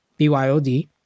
BYOD